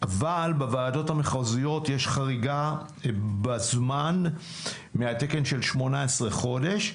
אבל בוועדות המחוזיות יש חריגה בזמן מהתקן של 18 חודשים.